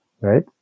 right